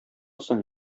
соң